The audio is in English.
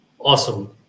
Awesome